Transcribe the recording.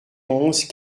onze